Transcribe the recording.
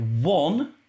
one